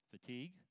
Fatigue